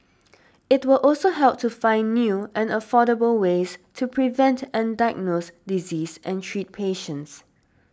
it will also help to find new and affordable ways to prevent and diagnose diseases and treat patients